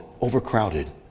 overcrowded